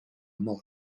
amor